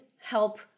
help